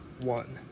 one